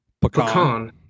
Pecan